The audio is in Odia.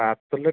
ପାର୍ସଲରେ